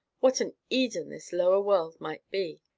what an eden this lower world might be,